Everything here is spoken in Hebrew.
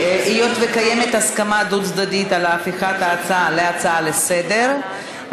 היות שקיימת הסכמה דו-צדדית על הפיכת ההצעה להצעה לסדר-היום,